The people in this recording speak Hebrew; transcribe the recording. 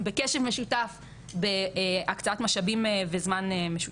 בקשב משותף, בהקצאת משאבים וזמן משותפים.